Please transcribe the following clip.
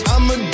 I'ma